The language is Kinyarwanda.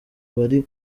bari